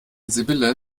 sibylle